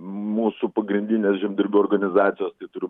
mūsų pagrindinės žemdirbių organizacijos ir